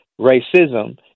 racism